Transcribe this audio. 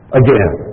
again